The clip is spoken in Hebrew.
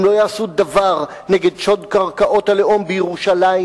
הם לא יעשו שום דבר נגד שוד קרקעות הלאום בירושלים,